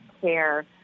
care